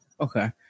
Okay